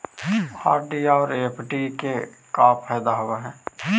RD और FD के का फायदा होव हई?